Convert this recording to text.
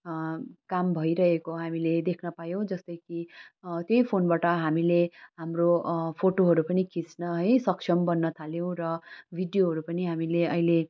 काम भइरहेको हामीले देख्न पायौँ जस्तै कि त्यही फोनबाट हामीले हाम्रो फोटोहरू पनि खिच्न है सक्षम बन्न थालियो र भिडियोहरू पनि हामीले अहिले